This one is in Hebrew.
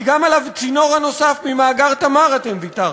כי גם על הצינור הנוסף ממאגר "תמר" אתם ויתרתם.